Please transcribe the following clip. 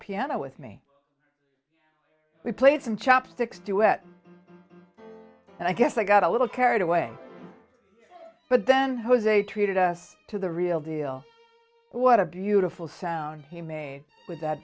piano with me we played some chopsticks duet and i guess i got a little carried away but then jose treated us to the real deal what a beautiful sound he made with that